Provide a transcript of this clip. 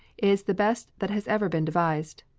is the best that has ever been devised.